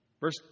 Verse